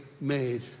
made